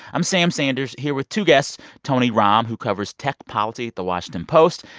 i'm sam sanders here with two guests tony romm, who covers tech policy at the washington post,